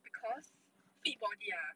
because fit body ah